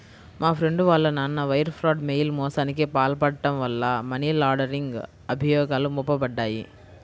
మా ఫ్రెండు వాళ్ళ నాన్న వైర్ ఫ్రాడ్, మెయిల్ మోసానికి పాల్పడటం వల్ల మనీ లాండరింగ్ అభియోగాలు మోపబడ్డాయి